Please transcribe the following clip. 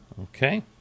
Okay